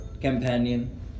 companion